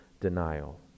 denial